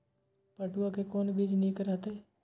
पटुआ के कोन बीज निक रहैत?